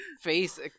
face